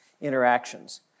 interactions